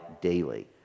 daily